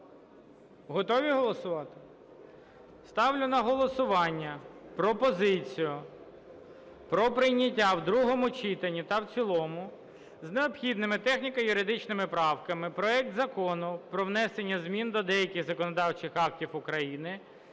Готові голосувати? Ставлю на голосування пропозицію про прийняття в другому читанні та в цілому з необхідними техніко-юридичними правками проект Закону про внесення змін до деяких законодавчих актів України